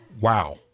wow